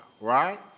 right